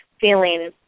feeling